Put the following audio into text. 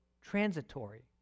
transitory